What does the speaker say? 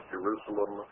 Jerusalem